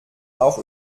auch